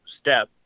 step